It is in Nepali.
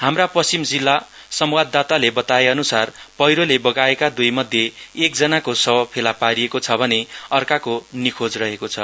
हाम्रा पश्चिम जिल्ला संवाददाताले बताएअन्सार पैह्रोले बगाएका दुईमध्ये एकजनाको शव फेला पारिएको छ भने अर्का एक निखोज छ